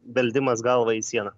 beldimas galva į sieną